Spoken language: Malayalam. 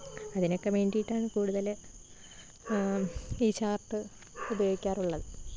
അതിനൊക്കെ വേണ്ടിയിട്ടാണ് കൂടുതൽ ഈ ചാര്ട്ട് ഉപയോഗിക്കാറുള്ളത്